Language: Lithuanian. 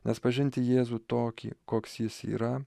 nes pažinti jėzų tokį koks jis yra